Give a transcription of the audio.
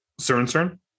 CERN-CERN